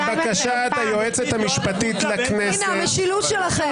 כולל אנשים שהיו שרים ויושבים פה,